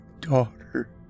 daughter